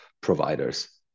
providers